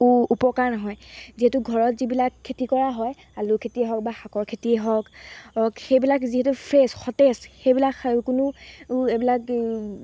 উপ উপকাৰ নহয় যিহেতু ঘৰত যিবিলাক খেতি কৰা হয় আলুৰ খেতিয়ে হওক বা শাকৰ খেতিয়েই হওক সেইবিলাক যিহেতু ফ্ৰেছ সতেজ সেইবিলাক কোনো এইবিলাক